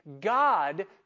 God